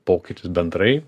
pokytis bendrai